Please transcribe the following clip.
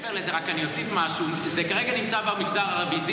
מעבר לזה רק אוסיף משהו: זה כרגע נמצא במגזר הערבי,